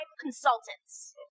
consultants